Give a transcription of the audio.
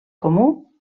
comú